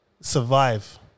Survive